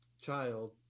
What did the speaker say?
child